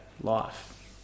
life